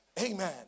amen